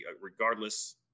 Regardless